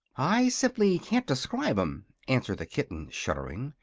i simply can't describe em, answered the kitten, shuddering.